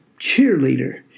cheerleader